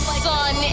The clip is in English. sun